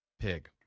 Pig